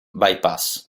bypass